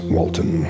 Walton